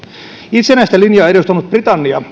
itsenäistä linjaa edustanut britannia